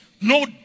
No